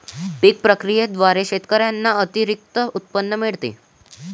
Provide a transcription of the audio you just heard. पीक प्रक्रियेद्वारे शेतकऱ्यांना अतिरिक्त उत्पन्न मिळते